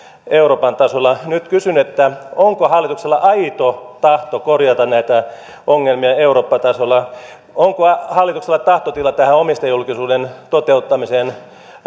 euroopan tasolla nyt kysyn että onko hallituksella aito tahto korjata näitä ongelmia eurooppa tasolla onko hallituksella tahtotila tähän omistajajulkisuuden toteuttamiseen